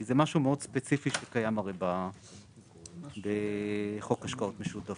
זה משהו מאוד ספציפי שקיים בחוק השקעות משותפות.